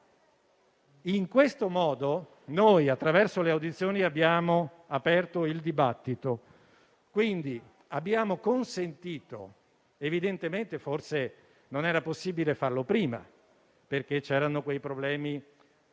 In questo modo noi, attraverso le audizioni, abbiamo aperto il dibattito. Evidentemente forse non era possibile farlo prima, perché c'erano quei problemi